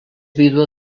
vídua